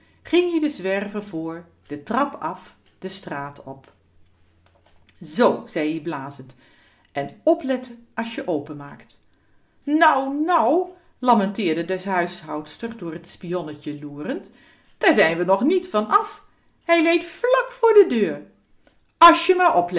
ging-ie den zwerver voor de trap af de straat op zoo zei ie blazend en opletten as je openmaakt nou nou lamenteerde de huishoudster door t spionnetje loerend daar zijn we nog niet van af hij leit vlak voor de deur as je maar oplet